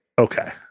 Okay